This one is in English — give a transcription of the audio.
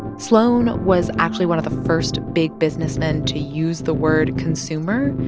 sloan was, actually, one of the first big businessmen to use the word consumer.